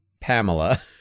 Pamela